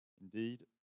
Indeed